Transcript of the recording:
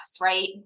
Right